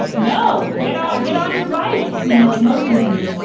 and no, get off, get on your bike. you know, like motioning to me.